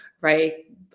Right